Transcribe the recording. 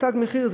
"תג מחיר",